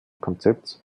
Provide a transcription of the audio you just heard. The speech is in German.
konzepts